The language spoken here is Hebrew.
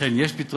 לכן, יש פתרונות,